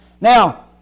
Now